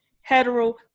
hetero